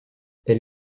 elle